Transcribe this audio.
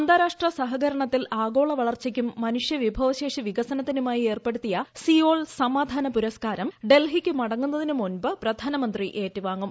അന്താരാഷ്ട്ര സഹകരണത്തിൽ ആഗോള വളർച്ചയ്ക്കും മനുഷ്യ വിഭവശേഷി വികസനത്തിനുമായി ഏർപ്പെടുത്തിയ സിയോൾ സമാധാന പുരസ്കാരം ഡൽഹിക്കു മടങ്ങുന്നതിനു മുമ്പ് പ്രധാനമന്ത്രി ഏറ്റുവാങ്ങും